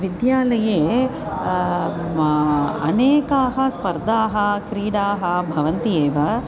विद्यालये अनेकाः स्पर्धाः क्रीडाः भवन्ति एव